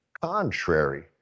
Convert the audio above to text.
contrary